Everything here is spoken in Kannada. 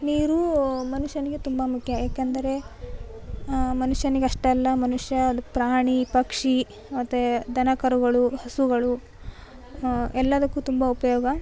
ನೀರು ಮನುಷ್ಯನಿಗೆ ತುಂಬ ಮುಖ್ಯ ಏಕೆಂದರೆ ಮನುಷ್ಯನಿಗಷ್ಟೆಯಲ್ಲ ಮನುಷ್ಯ ಅದು ಪ್ರಾಣಿ ಪಕ್ಷಿ ಮತ್ತೆ ದನ ಕರುಗಳು ಹಸುಗಳು ಎಲ್ಲದಕ್ಕು ತುಂಬ ಉಪಯೋಗ